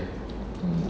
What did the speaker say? um